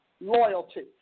Loyalty